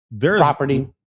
Property